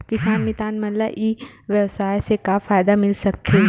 किसान मितान मन ला ई व्यवसाय से का फ़ायदा मिल सकथे?